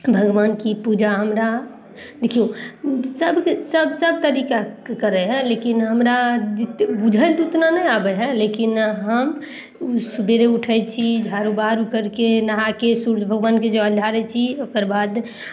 भगवान की पूजा हमरा देखियौ सभके सभ सभ तरीकाके करय हइ लेकिन हमरा जते बुझल जितना नहि आबय हइ लेकिन हम सबेरे उठय छी झाड़ू बहारू करिके नहाके सूर्य भगवानके जल ढारय छी ओकर बाद